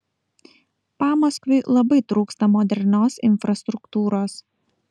pamaskviui labai trūksta modernios infrastruktūros